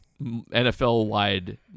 NFL-wide